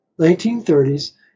1930s